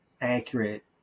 accurate